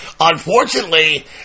Unfortunately